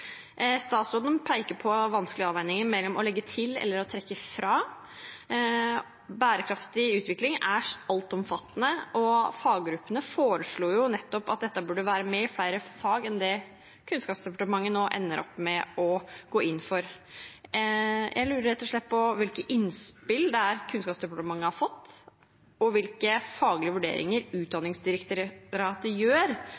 Statsråden peker på vanskelige avveininger mellom å legge til og trekke fra. Bærekraftig utvikling er altomfattende, og faggruppene foreslo jo nettopp at dette burde være med i flere fag enn det Kunnskapsdepartementet nå ender opp med å gå inn for. Jeg lurer rett og slett på hvilke innspill Kunnskapsdepartementet har fått, og hvilke faglige vurderinger